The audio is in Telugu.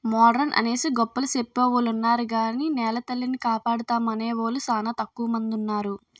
మోడరన్ అనేసి గొప్పలు సెప్పెవొలున్నారు గాని నెలతల్లిని కాపాడుతామనేవూలు సానా తక్కువ మందున్నారు